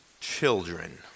Children